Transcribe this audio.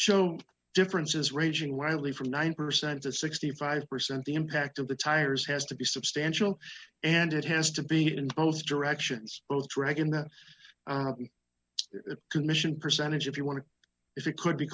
show differences ranging wildly from nine percent to sixty five percent the impact of the tires has to be substantial and it has to be in both directions both dragon that the commission percentage if you want to if it could be